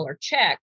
check